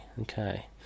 okay